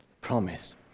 promise